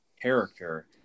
character